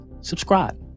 subscribe